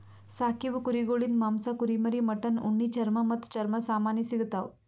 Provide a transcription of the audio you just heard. ಸಾಕೀವು ಕುರಿಗೊಳಿಂದ್ ಮಾಂಸ, ಕುರಿಮರಿ, ಮಟನ್, ಉಣ್ಣಿ, ಚರ್ಮ ಮತ್ತ್ ಚರ್ಮ ಸಾಮಾನಿ ಸಿಗತಾವ್